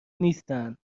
نیستن